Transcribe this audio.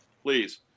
please